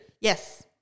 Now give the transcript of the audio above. Yes